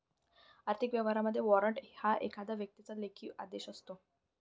आर्थिक व्यवहारांमध्ये, वॉरंट हा एखाद्या व्यक्तीचा लेखी आदेश असतो